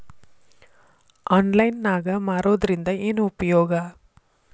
Online ನಾಗ್ ಮಾರೋದ್ರಿಂದ ಏನು ಉಪಯೋಗ?